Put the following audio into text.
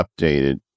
updated